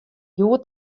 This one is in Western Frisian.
hjoed